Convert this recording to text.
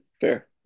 fair